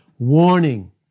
Warning